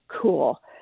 cool